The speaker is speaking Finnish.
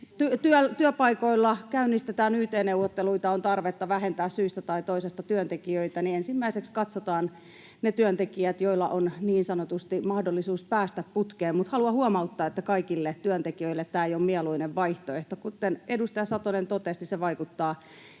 kun työpaikoilla käynnistetään yt-neuvotteluita, on tarvetta vähentää syystä tai toisesta työntekijöitä, niin ensimmäiseksi katsotaan ne työntekijät, joilla on niin sanotusti mahdollisuus päästä putkeen, mutta haluan huomauttaa, että kaikille työntekijöille tämä ei ole mieluinen vaihtoehto. Kuten edustaja Satonen totesi, niin se vaikuttaa